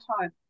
time